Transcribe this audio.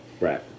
Right